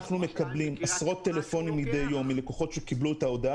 אנחנו מקבלים עשרות טלפונים מדי יום מלקוחות שקיבלו את ההודעה